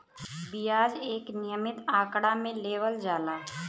बियाज एक नियमित आंकड़ा मे लेवल जाला